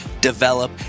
develop